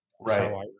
Right